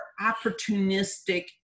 opportunistic